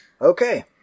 Okay